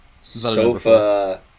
Sofa